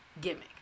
gimmick